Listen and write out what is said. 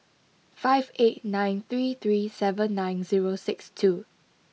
five eight nine three three seven nine zero six two